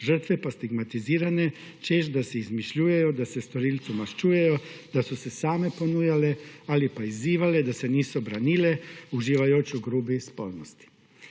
žrtve pa stigmatizirane, češ, da si izmišljujejo, da se storilci maščujejo, da so se same ponujale ali pa izzivale, da se niso branile uživajoč v grobi spolnosti.